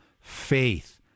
faith